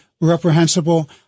reprehensible